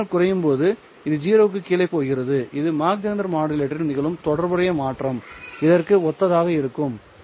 இந்த சிக்னல் குறையும் போது இது 0 க்கு கீழே போகிறது இது மாக் ஜெஹெண்டர் மாடுலேட்டரில் நிகழும் தொடர்புடைய மாற்றம் இதற்கு ஒத்ததாக இருக்கும்